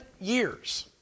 years